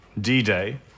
D-Day